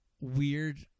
weird